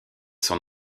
son